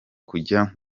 kujya